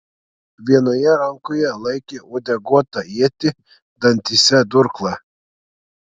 vienoje rankoje laikė uodeguotą ietį dantyse durklą